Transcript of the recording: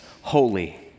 holy